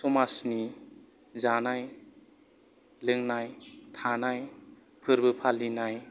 समाजनि जानाय लोंनाय थानाय फोरबो फालिनाय